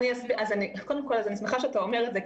אני שמחה שאתה אומר את זה,